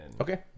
Okay